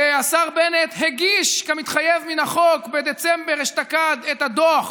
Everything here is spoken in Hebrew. השר בנט הגיש כמתחייב מן החוק בדצמבר אשתקד את הדוח